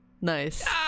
nice